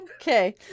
Okay